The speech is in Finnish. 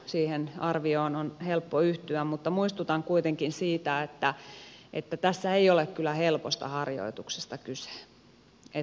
siihen arvioon on helppo yhtyä mutta muistutan kuitenkin siitä että tässä ei ole kyllä helposta harjoituksesta kyse